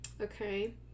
Okay